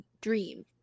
dream